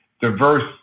diverse